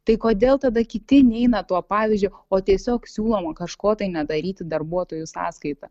tai kodėl tada kiti neina tuo pavyzdžiu o tiesiog siūloma kažko tai nedaryti darbuotojų sąskaita